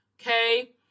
Okay